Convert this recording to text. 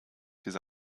diese